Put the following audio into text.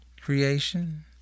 creation